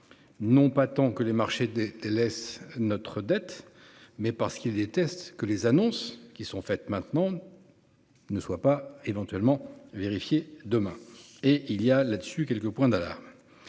Non pas tant que les marchés des des laisse notre dette mais parce qu'il tests que les annonces qui sont faites maintenant. Ne soit pas éventuellement vérifier demain et il y a là-dessus quelques points dollars.